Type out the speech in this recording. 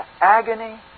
agony